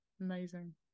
Amazing